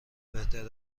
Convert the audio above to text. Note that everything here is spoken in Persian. بهتر